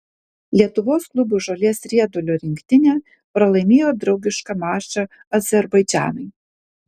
lietuvos klubų žolės riedulio rinktinė pralaimėjo draugišką mačą azerbaidžanui